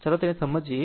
આમ ચાલો તેને સમજીએ